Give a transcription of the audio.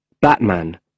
Batman